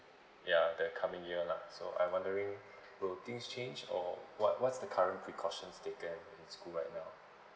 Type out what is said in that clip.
yeah the coming year lah so I'm wondering will things change or what what's the current precautions taken in school right now